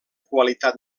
qualitat